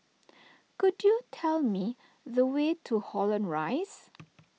could you tell me the way to Holland Rise